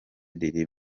riri